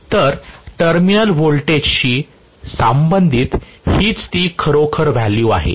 तर टर्मिनल व्होल्टेजशी संबंधित हीच ती खरोखर व्हॅल्यू आहे